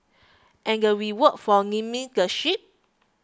and the reward for naming the ships